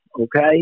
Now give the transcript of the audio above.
okay